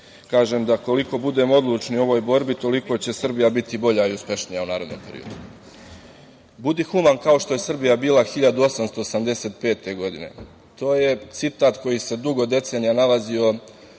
kažem da koliko budemo odlučni u ovoj borbi, toliko će Srbija biti bolja i uspešnija u narednom periodu.„Budi human kao što je Srbija bila 1885. godine.“ To je citat koji se dugo decenija nalazio u